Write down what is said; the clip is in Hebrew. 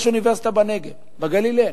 יש אוניברסיטה בנגב, בגליל אין,